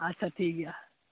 ᱟᱪᱪᱷᱟ ᱴᱷᱤᱠ ᱜᱮᱭᱟ